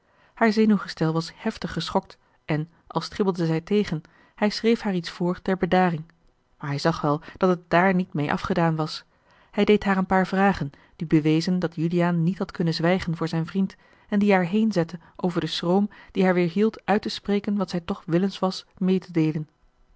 haar zenuwgestel was heftig geschokt en al stribbelde zij tegen hij schreef haar iets voor ter bedaring maar hij zag wel dat het daar niet meê afgedaan was hij deed haar een paar vragen die bewezen dat juliaan niet had kunnen zwijgen voor zijn vriend en die haar heenzetten over den schroom die haar weêrhield uit te spreken wat zij toch willens was meê te deelen